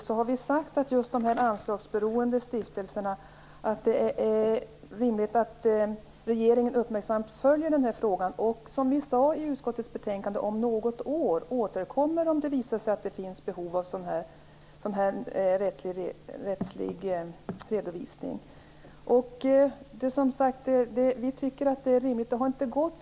Vi har i sagt att det är rimligt att regeringen uppmärksamt följer frågan om de anslagsberoende stiftelserna och, som vi uttalade i utskottets betänkande, återkommer om något år, om det visar sig att det finns behov av en rättslig reglering.